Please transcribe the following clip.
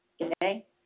Okay